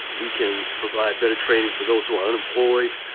we can provide better training for those who are unemployed,